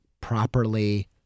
properly